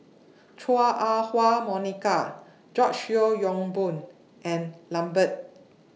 Chua Ah Huwa Monica George Yeo Yong Boon and Lambert